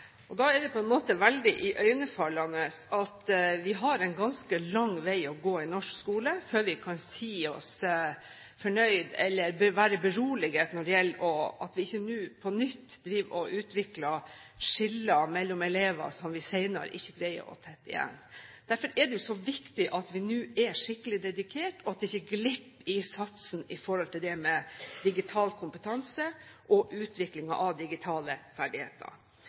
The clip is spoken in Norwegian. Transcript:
Da er det på en måte veldig iøynefallende at vi har en ganske lang vei å gå i norsk skole før vi kan være beroliget med hensyn til at vi ikke nå på nytt driver og utvikler skiller mellom elever som vi senere ikke greier å tette igjen. Derfor er det så viktig at vi nå er skikkelig dedikert, og at det ikke glipper i satsen med tanke på det med digital kompetanse og utviklingen av digitale ferdigheter.